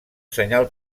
senyal